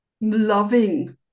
loving